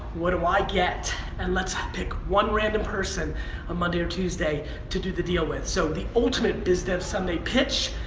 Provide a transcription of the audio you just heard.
what do i get and let's pick one random person on monday or tuesday to do the deal with. so the ultimate biz dev sunday pitch,